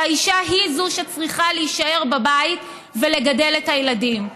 שהאישה היא שצריכה להישאר בבית ולגדל את הילדים.